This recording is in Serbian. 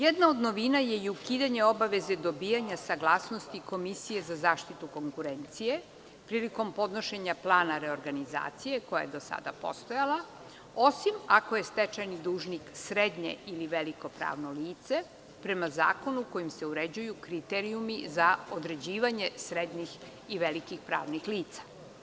Jedna od novina je i ukidanje obaveze dobijanja saglasnosti Komisije za zaštitu konkurencije prilikom podnošenja plana reorganizacije, koja je do sada postojala, osim ako je stečajni dužnik srednje ili veliko pravno lice prema zakonu kojim se uređuju kriterijumi za određivanje srednjih i velikih pravnih lica.